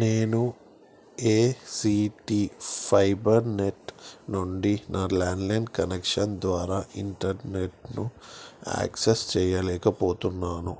నేను A C T fibernet నుండి నా ల్యాండ్లైన్ కనెక్షన్ ద్వారా ఇంటర్నెట్ను యాక్సెస్ చెయ్యలేకపోతున్నాను